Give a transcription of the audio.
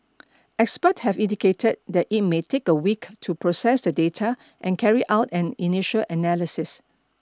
expert have indicated that it may take a week to process the data and carry out an initial analysis